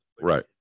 Right